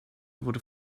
wurde